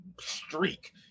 streak